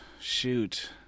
shoot